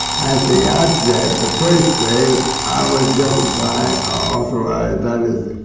at the outset, the first day i would justify. authorize